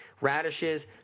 Radishes